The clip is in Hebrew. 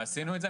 ועשינו את זה.